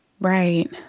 Right